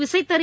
விசைத்தறி